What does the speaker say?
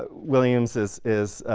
ah williams is is